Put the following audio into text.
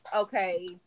okay